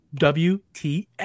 WTF